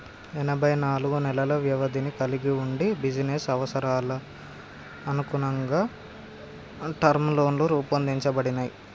ఎనబై నాలుగు నెలల వ్యవధిని కలిగి వుండి బిజినెస్ అవసరాలకనుగుణంగా టర్మ్ లోన్లు రూపొందించబడినయ్